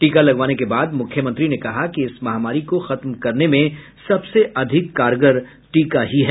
टीका लगवाने के बाद मुख्यमंत्री ने कहा कि इस महामारी को खत्म करने में सबसे अधिक कारगर टीका ही है